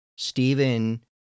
Stephen